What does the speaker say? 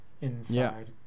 inside